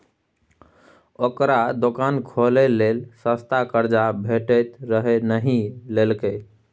ओकरा दोकान खोलय लेल सस्ता कर्जा भेटैत रहय नहि लेलकै